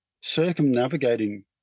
circumnavigating